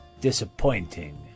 disappointing